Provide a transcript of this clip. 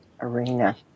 arena